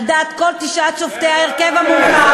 על דעת כל תשעת שופטי ההרכב המורחב,